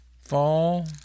fall